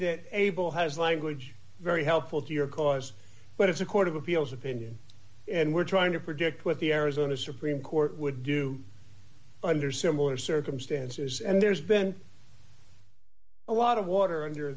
that abel has language very helpful to your cause but it's a court of appeals opinion and we're trying to predict what the arizona supreme court would do under similar circumstances and there's been a lot of water under